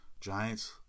Giants